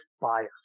bias